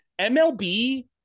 mlb